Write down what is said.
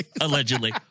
Allegedly